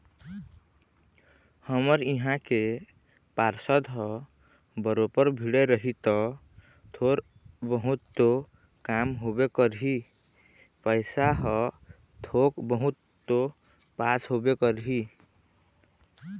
हमर इहाँ के पार्षद ह बरोबर भीड़े रही ता थोर बहुत तो काम होबे करही पइसा ह थोक बहुत तो पास होबे करही